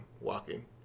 walking